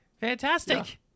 fantastic